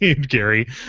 Gary